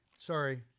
sorry